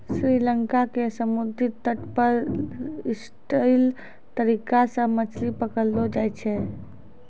श्री लंका के समुद्री तट पर स्टिल्ट तरीका सॅ मछली पकड़लो जाय छै